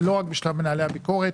זה לא רק בשלב מנהלי הביקורת,